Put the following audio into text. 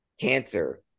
cancer